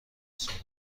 سورون